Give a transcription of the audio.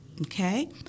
okay